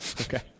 Okay